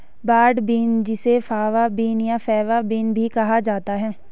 broad bean जिसे fava bean या faba bean भी कहा जाता है